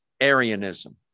Arianism